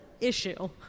issue